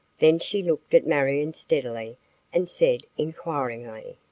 then she looked at marion steadily and said inquiringly